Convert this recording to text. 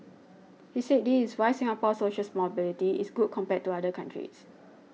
he said this is why Singapore's socials mobility is good compared to other countries